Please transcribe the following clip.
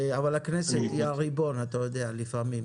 אבל הכנסת היא הריבון לפעמים.